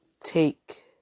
take